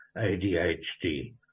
ADHD